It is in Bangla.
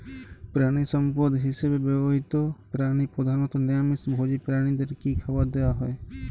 প্রাণিসম্পদ হিসেবে ব্যবহৃত প্রাণী প্রধানত নিরামিষ ভোজী প্রাণীদের কী খাবার দেয়া হয়?